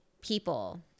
people